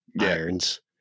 irons